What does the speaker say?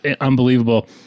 unbelievable